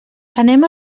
anem